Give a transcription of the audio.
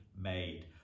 made